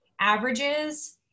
averages